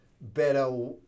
better